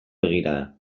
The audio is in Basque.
begirada